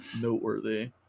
noteworthy